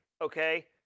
okay